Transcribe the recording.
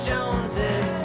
Joneses